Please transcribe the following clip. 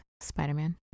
Spider-Man